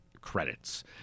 credits